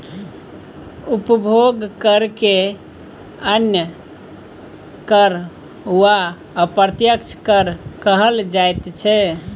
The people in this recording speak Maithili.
उपभोग करकेँ अन्य कर वा अप्रत्यक्ष कर कहल जाइत छै